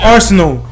Arsenal